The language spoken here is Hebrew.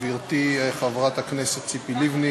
גברתי חברת הכנסת ציפי לבני